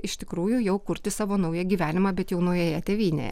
iš tikrųjų jau kurtis savo naują gyvenimą bet jau naujoje tėvynėje